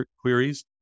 queries